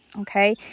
okay